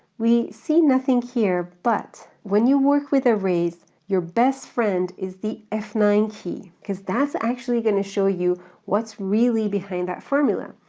we see nothing here but, when you work with arrays your best friend is the f nine key because that's actually gonna show you what's really behind that formula.